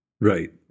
Right